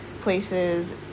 places